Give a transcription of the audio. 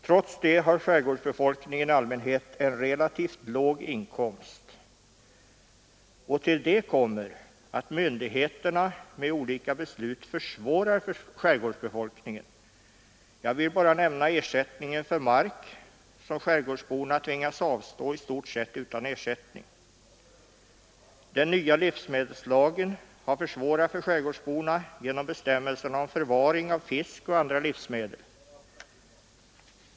Trots det har skärgårdsbefolkningen i allmänhet en relativt låg inkomst. Till detta kommer att myndigheterna genom olika beslut ökar svårigheterna för skärgårdsbefolkningen. Jag vill bara nämna att skärgårdsborna tvingas avstå från mark i stort sett utan ersättning. Den nya livsmedelslagen har gjort det svårare för skärgårdsborna genom bestämmelserna om förvaring av fisk och andra livsmedel.